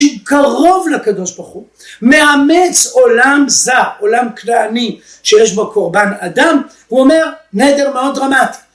שהוא קרוב לקדוש ברוך הוא, מאמץ עולם זר, עולם כנעני שיש בו קורבן אדם, הוא אומר נדר מאוד דרמטי.